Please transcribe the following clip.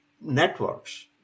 networks